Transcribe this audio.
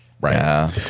Right